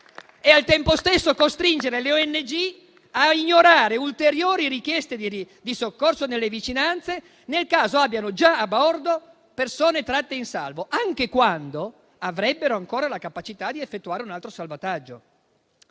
e, al tempo stesso, costringere le ONG a ignorare ulteriori richieste di soccorso nelle vicinanze, nel caso in cui abbiano già a bordo persone tratte in salvo, anche quando avrebbero ancora la capacità di effettuare un altro salvataggio.